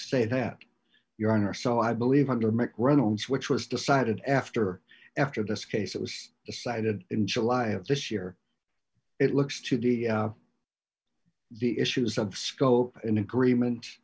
say that your honor so i believe under mick reynolds which was decided after after this case it was decided in july of this year it looks to be the issues of scope in agreement